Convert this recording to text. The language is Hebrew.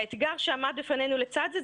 האתגר שעמד בפנינו לצד זה,